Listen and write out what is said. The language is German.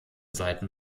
seiten